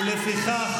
ולפיכך,